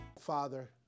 Father